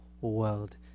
world